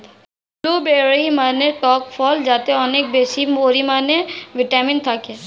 blueberry মানে টক ফল যাতে অনেক বেশি পরিমাণে ভিটামিন থাকে